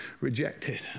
rejected